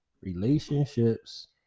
relationships